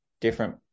different